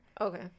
okay